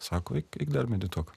sako eik eik dar medituok